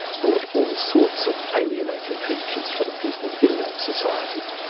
brought all sorts of alienating features for the people in that society.